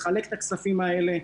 לחלק את הכספים האלה.